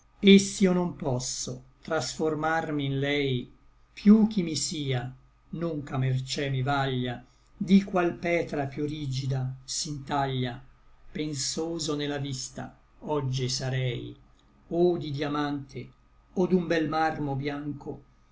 et s'io non posso transformarmi in lei piú ch'i mi sia non ch'a mercé mi vaglia di qual petra piú rigida si ntaglia pensoso ne la vista oggi sarei o di diamante o d'un bel marmo biancho